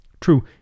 True